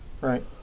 Right